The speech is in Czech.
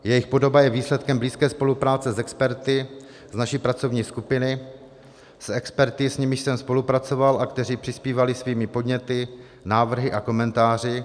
Jejich podoba je výsledkem blízké spolupráce s experty z naší pracovní skupiny, s experty, s nimiž jsem spolupracoval a kteří přispívali svými podněty, návrhy a komentáři.